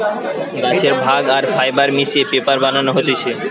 গাছের ভাগ আর ফাইবার মিশিয়ে পেপার বানানো হতিছে